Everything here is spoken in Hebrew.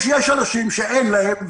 יש אנשים שאין להם,